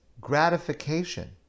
gratification